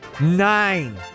Nine